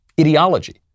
Ideology